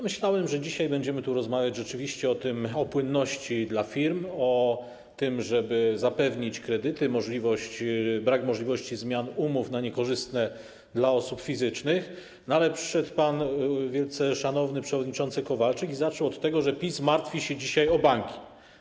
Myślałem, że dzisiaj będziemy tu rozmawiać rzeczywiście o płynności dla firm, o tym, żeby zapewnić kredyty i brak możliwości zmian umów na niekorzystne dla osób fizycznych, ale przyszedł wielce szanowny pan przewodniczący Kowalczyk i zaczął od tego, że PiS martwi się dzisiaj o banki.